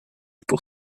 pour